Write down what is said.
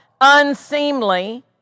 unseemly